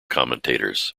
commentators